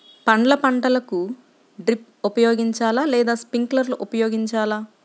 పండ్ల పంటలకు డ్రిప్ ఉపయోగించాలా లేదా స్ప్రింక్లర్ ఉపయోగించాలా?